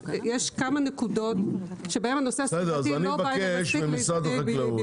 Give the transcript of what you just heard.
יש כמה נקודות שבהם הנושא הסביבתי לא בא מספיק לידי ביטוי.